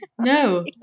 No